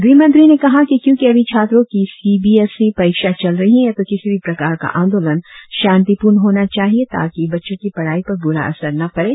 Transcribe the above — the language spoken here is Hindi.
गृहमंत्री ने कहा कि क्योंकि अभी छात्रों की सी बी एस सी परीक्षा चल रही है तो किसी भी प्रकार का आंदोलन शांतिपूर्ण होना चाहिए ताकि बच्चों की पढ़ाई पर बूरा असर न पड़े